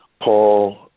Paul